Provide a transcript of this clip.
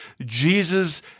Jesus